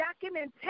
documentation